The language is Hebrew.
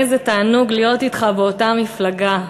איזה תענוג להיות אתך באותה מפלגה.